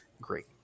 great